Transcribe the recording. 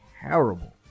terrible